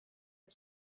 for